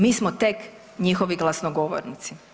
Mi smo tek njihovi glasnogovornici.